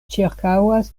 ĉirkaŭas